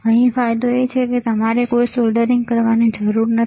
અહીં ફાયદો એ છે કે તમારે કોઈ સોલ્ડરિંગ કરવાની જરૂર નથી